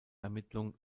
ermittlung